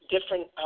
different